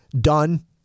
done